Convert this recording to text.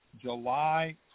July